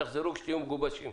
תחזרו כאשר תהיו מגובשים.